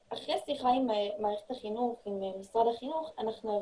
אחרי שיחה עם מערכת החינוך, עם משרד החינוך, הבנו